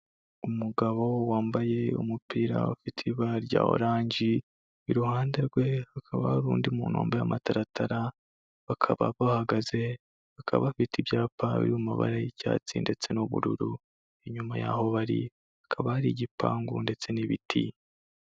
Umugabo wambaye umupira ufite ibara rya oranje, iruhande rwe hakaba hari undi muntu wambye amataratara, bakaba bahagaze, bakaba bafite ibyapa biri mu mabara y'icyatsi ndetse n'ubururu, inyuma y'aho bari hakaba hari igipangu ndetse n'ibiti.